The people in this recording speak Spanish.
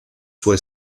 fue